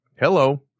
hello